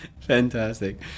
Fantastic